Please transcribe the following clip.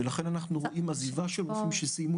ולכן אנחנו רואים עזיבה של רופאים שסיימו